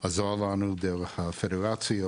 עזרה לנו דרך הפדרציות,